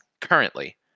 currently